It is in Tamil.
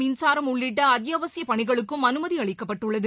மின்சாரம் உள்ளிட்ட அத்தியாவசியபணிகளுக்கும் அனுமதிஅளிக்கப்பட்டுள்ளது